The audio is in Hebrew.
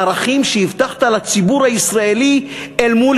הערכים שהבטחת לציבור הישראלי אל מול